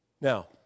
Now